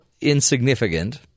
insignificant